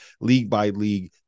league-by-league